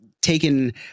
taken